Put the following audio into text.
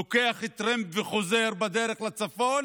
לוקח טרמפ וחוזר בדרך לצפון